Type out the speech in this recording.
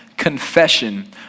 confession